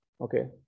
okay